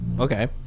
Okay